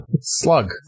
Slug